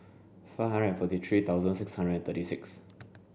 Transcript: five hundred and forty three thousand six hundred and thirty six